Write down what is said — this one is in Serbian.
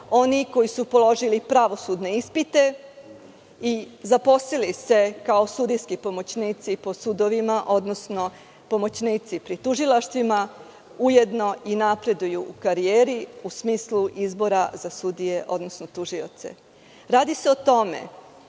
oni koji su položili pravosudne ispite i zaposlili se kao sudijski pomoćnici po sudovima, odnosno pomoćnici pri tužilaštvima, ujedno i napreduju u karijeri u smislu izbora za sudije, odnosno tužioce. Radi se o tome